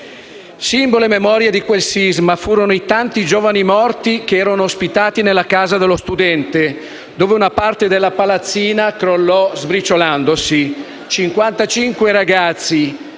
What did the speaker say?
Simbolo e memoria di quel sisma furono i tanti giovani morti, ospitati nella Casa dello studente, dove una parte della palazzina crollò sbriciolandosi;